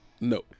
No